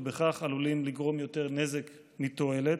ובכך עלולים לגרום יותר נזק מתועלת.